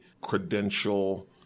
credential